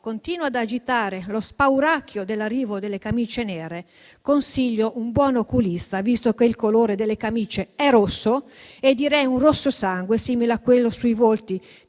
continua ad agitare lo spauracchio dell'arrivo delle camicie nere, consiglio un buon oculista, visto che il colore delle camicie è rosso e direi di un rosso sangue simile a quello sui volti